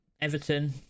Everton